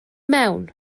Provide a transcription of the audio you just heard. mewn